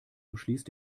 umschließt